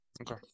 Okay